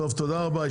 תודה רבה.